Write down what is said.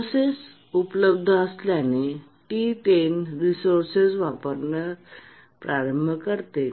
resources उपलब्ध असल्याने T10 resources वापरण्यास प्रारंभ करते